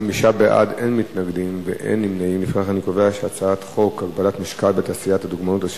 ההצעה להעביר את הצעת חוק הגבלת משקל בתעשיית הדוגמנות,